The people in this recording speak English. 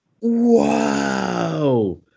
Wow